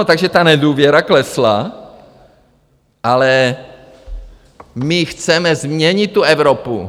Takže nedůvěra klesla, ale my chceme změnit Evropu.